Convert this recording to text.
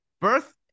birth